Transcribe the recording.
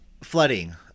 Flooding